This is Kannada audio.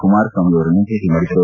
ಕುಮಾರಸ್ವಾಮಿ ಅವರನ್ನು ಭೇಟಿ ಮಾಡಿದರು